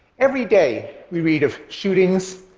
every day, we read of shootings,